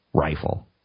rifle